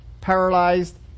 paralyzed